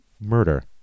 murder